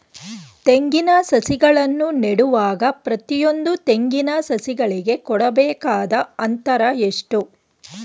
ತೆಂಗಿನ ಸಸಿಗಳನ್ನು ನೆಡುವಾಗ ಪ್ರತಿಯೊಂದು ತೆಂಗಿನ ಸಸಿಗಳಿಗೆ ಕೊಡಬೇಕಾದ ಅಂತರ ಎಷ್ಟು?